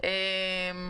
ואמרתי את מה שנאמר פה,